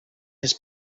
his